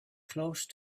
close